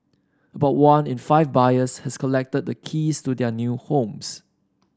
about one in five buyers has collected the keys to their new homes